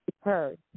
heard